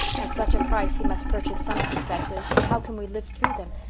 at such a price he must purchase some successes and how can we live through them,